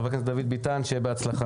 חבר הכנסת דוד ביתן, שיהיה בהצלחה.